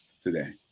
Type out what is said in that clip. today